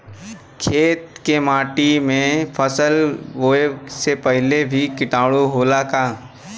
खेत के माटी मे फसल बोवे से पहिले भी किटाणु होला का?